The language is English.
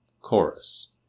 Chorus